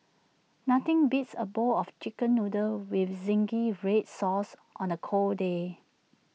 nothing beats A bowl of Chicken Noodles with Zingy Red Sauce on A cold day